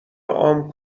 عام